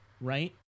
right